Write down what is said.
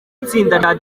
itsinda